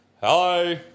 Hello